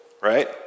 right